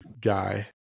guy